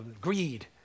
greed